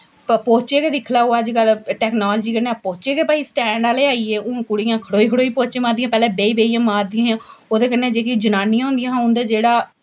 ते पौचे गै दिक्खी लैओ अज्जकल टैकनॉलजी कन्नै पौचे गै भाई स्टैंड आह्ले आई गे हून कुड़ियां खड़ोई खड़ोईयै पौचे मारदियां पैह्लें बेही बेहियै मारदियां हां ओह्दे कन्नै जेह्ड़ियां जनानियां होंदियां हां उं'दा जेह्ड़ा